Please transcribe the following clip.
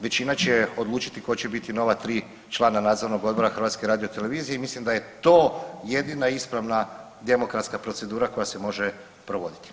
Većina će odlučiti tko će biti nova 3 člana Nadzornog odbora HRT-a i mislim da je to jedina ispravna demokratska procedura koja se može provoditi.